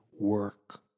work